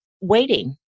Waiting